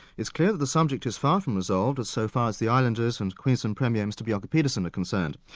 it's clear the subject is far from resolved so far as the islanders and queensland premier, mr bjelke-petersen are concerned.